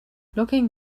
looking